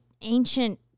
ancient